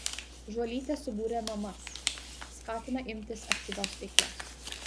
žuolytė subūrė mamas skatina imtis aktyvios veiklos